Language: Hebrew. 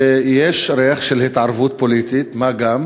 ויש ריח של התערבות פוליטית, מה גם